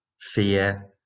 fear